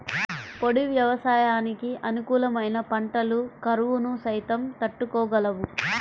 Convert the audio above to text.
పొడి వ్యవసాయానికి అనుకూలమైన పంటలు కరువును సైతం తట్టుకోగలవు